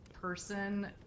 person